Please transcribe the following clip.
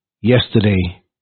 Yesterday